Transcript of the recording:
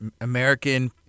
American